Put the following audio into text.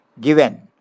given